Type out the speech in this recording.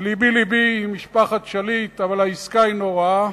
ולבי לבי עם משפחת שליט אבל העסקה היא נוראה.